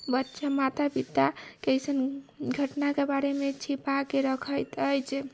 बच्चा माता पिताके अइसन घटनाके बारेमे छिपाके रखैत अछि